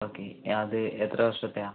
okay അത് എത്ര വർഷത്തെയാണ്